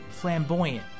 Flamboyant